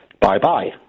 bye-bye